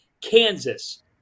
Kansas